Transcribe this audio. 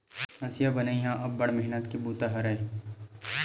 हँसिया बनई ह अब्बड़ मेहनत के बूता हरय